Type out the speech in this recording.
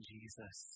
Jesus